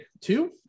two